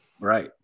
Right